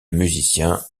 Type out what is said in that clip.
musicien